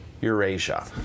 Eurasia